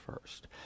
first